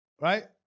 right